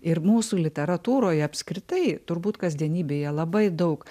ir mūsų literatūroje apskritai turbūt kasdienybėje labai daug